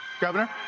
Governor